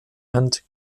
and